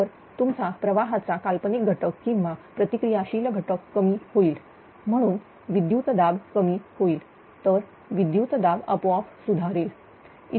तर तुमचा प्रवाहाचा काल्पनिक घटक किंवा प्रतिक्रिया शील घटक कमी होईल म्हणून विद्युत दाब कमी होईल तर विद्युत दाब अपोआप सुधारेल